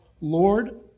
Lord